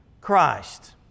Christ